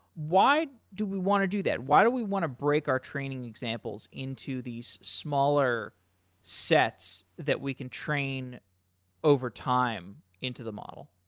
why do we want to do that? why do we want to break our training examples into these smaller sets that we can train overtime into the model?